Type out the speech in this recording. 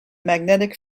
magnetic